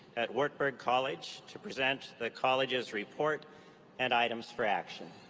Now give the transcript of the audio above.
at wartburg college to present the college's report and items for action.